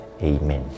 Amen